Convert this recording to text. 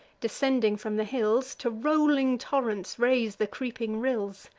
descending from the hills, to rolling torrents raise the creeping rills.